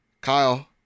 Kyle